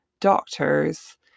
doctors